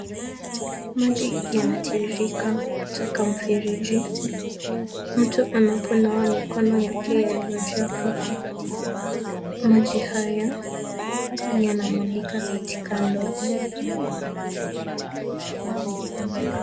Maji inatiririka kutoka mfereji, mtu anaponawa mikono yake yaliyojaa pofu. Maji haya yanamwagika katika ndoo.